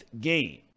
game